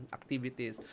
activities